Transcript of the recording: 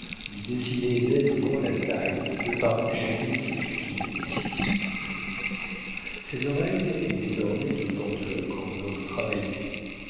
lui dessinait nettement la taille qui ne parut jamais si fine ni si souple ses oreilles étaient ornées de pendeloques en or